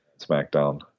SmackDown